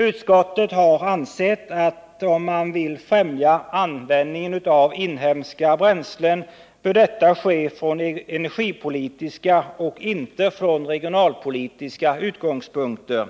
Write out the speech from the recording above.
Utskottet har ansett att om man vill främja användningen av inhemska bränslen, bör detta ske från energipolitiska och inte från regionalpolitiska utgångspunkter.